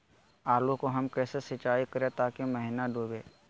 आलू को हम कैसे सिंचाई करे ताकी महिना डूबे?